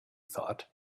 thought